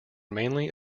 mainly